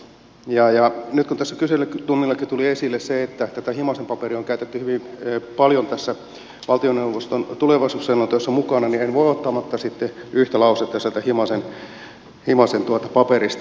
nyt kun tässä kyselytunnillakin tuli esille se että tätä himasen paperia on käytetty hyvin paljon tässä valtioneuvoston tulevaisuusselonteossa mukana niin en voi olla ottamatta sitten yhtä lausetta sieltä himasen paperista